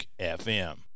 FM